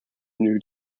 new